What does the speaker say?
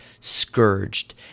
scourged